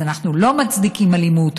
אז אנחנו לא מצדיקים אלימות,